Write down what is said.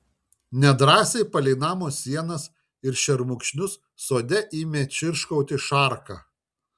nedrąsiai palei namo sienas ir šermukšnius sode ėmė čirškauti šarka